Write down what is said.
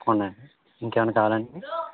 ఉందండి ఇంకేవన్న కావాలా అండి